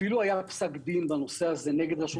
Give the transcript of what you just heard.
אפילו היה פסק דין בנושא הזה נגד רשות